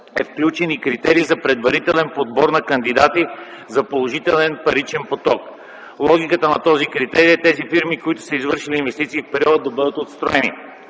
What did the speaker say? е включен и критерий за предварителен подбор на кандидати - за положителен паричен поток. Логиката на този критерий е тези фирми, които са извършили инвестиции в периода, да бъдат отстранени.